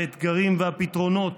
האתגרים והפתרונות